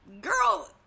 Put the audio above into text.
girl